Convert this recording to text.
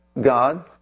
God